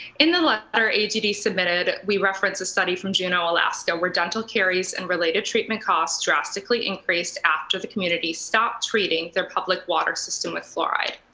in the law are agd submitted, we referenced a study from juneau, alaska, where dental caries and related treatment costs drastically increased after the community stopped treating their public water system with fluoride.